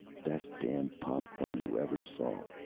best damned pop-corn you ever saw,